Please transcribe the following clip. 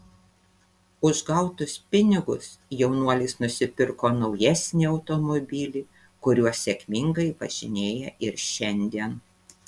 už gautus pinigus jaunuolis nusipirko naujesnį automobilį kuriuo sėkmingai važinėja ir šiandien